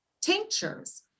tinctures